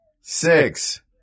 six